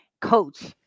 Coach